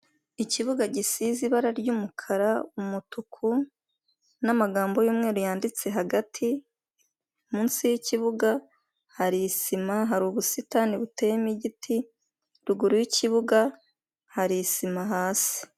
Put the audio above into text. Ikibuga gisize ibara ry'umukara, umutuku n'amagambo y'umweru yanditse hagati munsi y'ikibuga hari isima hari ubusitani buteyemo igiti na ruguru y'ikibuga hari isima hasi.